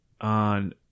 on –